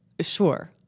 Sure